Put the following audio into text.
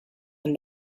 and